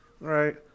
right